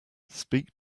speak